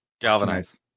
Galvanized